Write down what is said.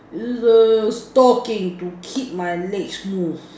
is a stocking to keep my legs smooth